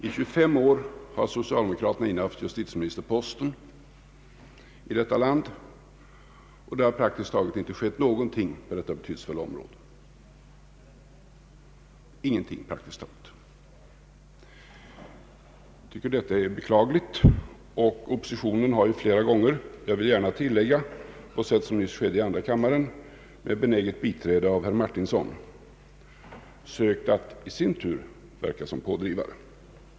I tjugofem år har socialdemokraterna innehaft justitieministerposten i detta land, och det har praktiskt taget inte skett någonting på detta betydelsefulla område. Det är beklagligt. Oppositionen har flera gånger — jag vill gärna tillägga att det ofta har skett som nyss nämndes i andra kammaren, med benäget biträdande av herr Martinsson — sökt att i sin tur verka som pådrivare.